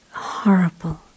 horrible